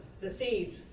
deceived